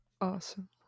awesome